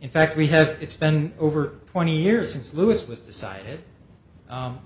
in fact we have it's been over twenty years since louis was decided